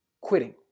quitting